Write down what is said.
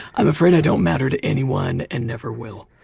i'm afraid i don't matter to anyone and never will.